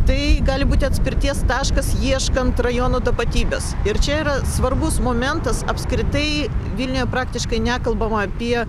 tai gali būti atspirties taškas ieškant rajono tapatybės ir čia yra svarbus momentas apskritai vilniuje praktiškai nekalbama apie